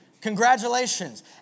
Congratulations